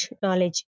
knowledge